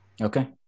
Okay